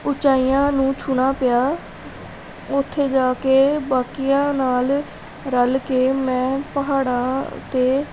ਉੱਚਾਈਆਂ ਨੂੰ ਛੂਹਣਾ ਪਿਆ ਉੱਥੇ ਜਾ ਕੇ ਬਾਕੀਆ ਨਾਲ ਰਲ ਕੇ ਮੈਂ ਪਹਾੜਾਂ 'ਤੇ